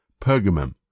Pergamum